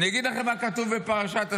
אגיד לכם מה כתוב בפרשת השבוע.